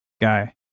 guy